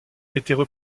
étaient